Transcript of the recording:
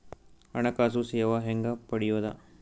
ಹಣಕಾಸು ಸೇವಾ ಹೆಂಗ ಪಡಿಯೊದ?